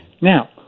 Now